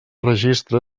registre